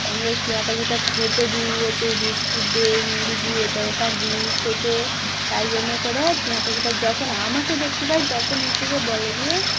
আমরা ওই টিয়া পাখিটার খেতে দিই হচ্ছে ওই বিস্কুট দিই মুড়ি দিই এটা ওটা দিই খেতে তাই জন্য করে টিয়া পাখিটা যখন আমাকে দেখতে পায় তখন হচ্ছে গিয়ে বলে যে